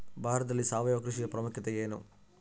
ಭಾರತದಲ್ಲಿ ಸಾವಯವ ಕೃಷಿಯ ಪ್ರಾಮುಖ್ಯತೆ ಎನು?